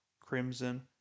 crimson